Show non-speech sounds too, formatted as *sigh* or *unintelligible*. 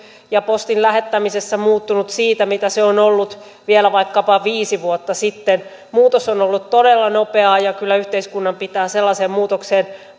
ja postin lähettämisessä todella muuttunut siitä mitä se on ollut vielä vaikkapa viisi vuotta sitten muutos on ollut todella nopeaa kyllä yhteiskunnan pitää sellaiseen muutokseen *unintelligible*